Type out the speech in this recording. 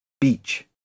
Beach